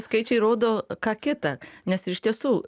skaičiai rodo ką kita nes ir iš tiesų